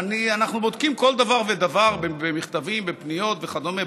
אנחנו בודקים כל דבר ודבר במכתבים, בפניות וכדומה.